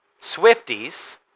Swifties